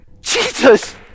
Jesus